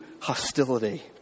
hostility